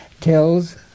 tells